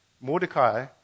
Mordecai